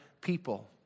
people